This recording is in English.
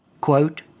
Quote